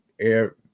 air